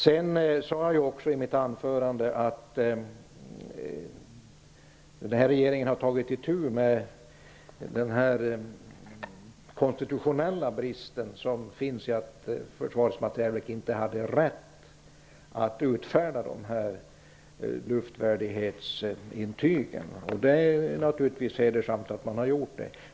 Jag sade också i mitt anförande att regeringen har tagit itu med den konstitutionella bristen att försvarets materielverk inte hade rätt att utfärda luftvärdighetsintygen. Det är naturligtvis hedersamt gjort av regeringen.